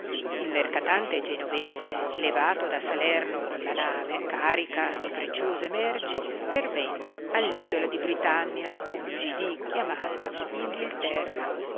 il mercatante genovese levato da salerno con la nave carica di preciose merci pervenne all isola di britannia oggidì chiamata inghilterra